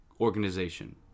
organization